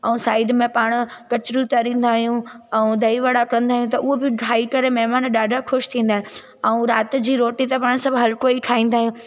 ऐं साइड में पाण कचरियूं तरींदा आहियूं ऐं दही वड़ा कंदा आहियूं त उहो बि खाई करे महिमान ॾाढा ख़ुशि थींदा आहिनि ऐं राति जी रोटी त पाण सभु हलिको ई खाईंदा आहियूं